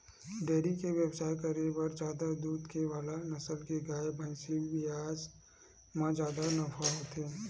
dairy के बेवसाय करे बर जादा दूद दे वाला नसल के गाय, भइसी बिसाए म जादा नफा होथे